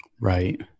Right